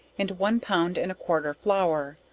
into one pound and a quarter flour,